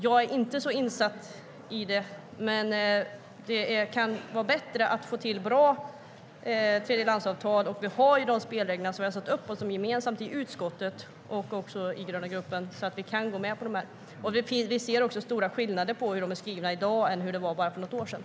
Jag är inte så insatt i det, men det kan vara bättre att få till bra tredjelandsavtal. Vi har satt upp spelregler gemensamt i utskottet och även i gröna gruppen. Vi ser också stora skillnader mellan hur avtalen är skrivna i dag och hur det var för bara något år sedan.